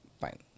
fine